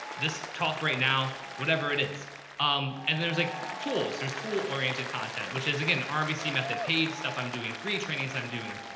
this talk right now, whatever it is um and then there's like tools, there's tool oriented content, which is again, rmbc method paid stuff. i'm doing free trainings. i'm doing.